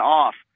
off